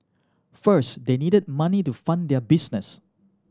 first they needed money to fund their business